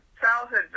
childhood